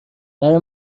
برای